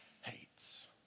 hates